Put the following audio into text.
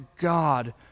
God